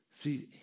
See